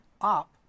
up